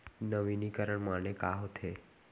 नवीनीकरण माने का होथे?